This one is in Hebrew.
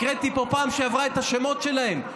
הקראתי פה פעם שעברה את השמות שלהם,